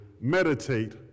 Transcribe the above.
meditate